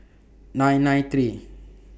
nine nine three